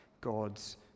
God's